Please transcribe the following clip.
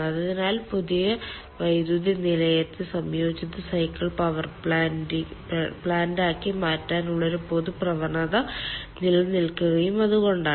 അതിനാൽ പുതിയ വൈദ്യുത നിലയത്തെ സംയോജിത സൈക്കിൾ പവർ പ്ലാന്റാക്കി മാറ്റാനുള്ള ഒരു പൊതു പ്രവണത നിലനിൽക്കുന്നത് അതുകൊണ്ടാണ്